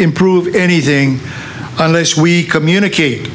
improve anything unless we communicate